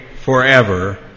forever